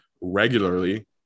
regularly